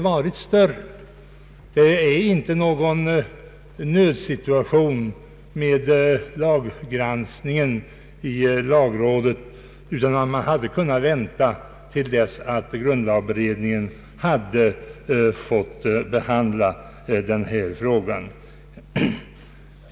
Vi är heller inte i någon nödsituation när det gäller laggranskningen i lagrådet. Brådskan borde här inte varit större än att man hade kunnat vänta tills dess grundlagberedningen behandlat denna fråga.